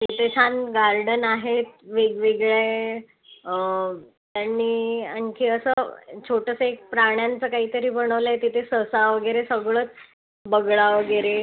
तिथे छान गार्डन आहे वेगवेगळे आणि आणखी असं छोटंसं एक प्राण्यांचं काहीतरी बनवलं आहे तिथे ससा वगैरे सगळंच बगळा वगैरे